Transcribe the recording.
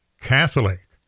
catholic